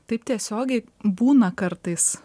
taip tiesiogiai būna kartais